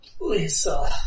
Lisa